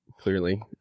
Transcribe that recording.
clearly